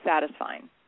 satisfying